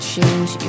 Change